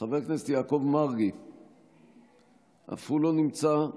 חבר הכנסת יעקב מרגי אף הוא לא נמצא,